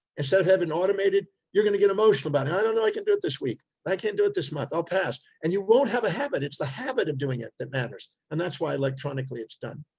instead of having it automated, you're going to get emotional about it. i don't know i can do it this week. i can't do it this month. i'll pass', and you won't have a habit. it's the habit of doing it that matters. and that's why electronically it's done.